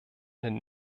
den